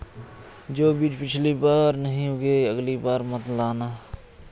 जो बीज पिछली बार नहीं उगे, अगली बार मत लाना